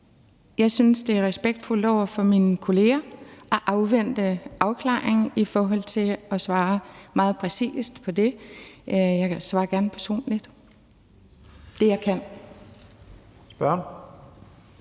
jeg synes, det er respektfuldt over for mine kolleger at afvente afklaringen i forhold til at svare meget præcist på det. Jeg svarer gerne personligt på det, jeg kan. Kl.